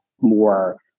more